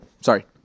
sorry